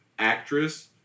Actress